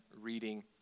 reading